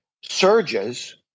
surges